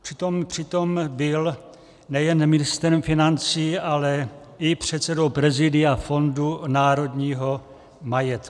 Přitom byl nejen ministrem financí, ale i předsedou prezidia Fondu národního majetku.